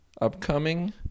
upcoming